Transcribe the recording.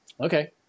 Okay